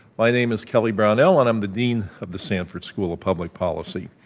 my name is kelly brownell and i'm the dean of the sanford school of public policy.